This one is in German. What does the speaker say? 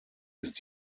ist